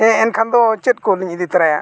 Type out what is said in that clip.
ᱦᱮᱸ ᱮᱱᱠᱷᱟᱱ ᱫᱚ ᱪᱮᱫ ᱠᱚᱞᱤᱝ ᱤᱫᱤ ᱛᱟᱨᱟᱭᱟ